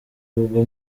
ubwo